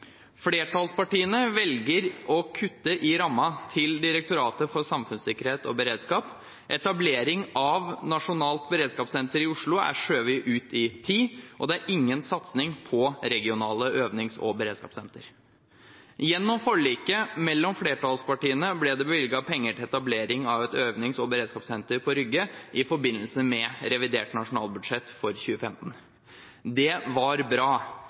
Flertallspartiene velger å kutte i rammen til Direktoratet for samfunnssikkerhet og beredskap, etablering av nasjonalt beredskapssenter i Oslo er skjøvet ut i tid, og det er ingen satsing på regionale øvings- og beredskapssenter. Gjennom forliket mellom flertallspartiene ble det bevilget penger til etablering av et øvings- og beredskapssenter på Rygge i forbindelse med revidert nasjonalbudsjett for 2015. Det var bra,